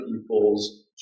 people's